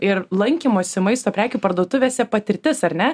ir lankymosi maisto prekių parduotuvėse patirtis ar ne